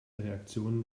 reaktionen